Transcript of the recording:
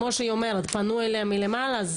כמו שהיא אומרת, פנו אליה מלמעלה.